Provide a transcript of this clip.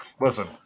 listen